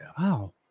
Wow